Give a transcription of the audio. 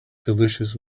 delicious